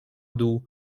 dół